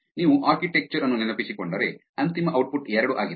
ನೀವು ಆರ್ಕಿಟೆಕ್ಚರ್ ಅನ್ನು ನೆನಪಿಸಿಕೊಂಡರೆ ಅಂತಿಮ ಔಟ್ಪುಟ್ ಎರಡು ಆಗಿದೆ